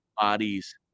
bodies